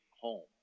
home